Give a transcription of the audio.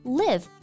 live